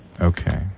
Okay